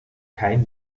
kein